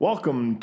Welcome